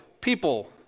people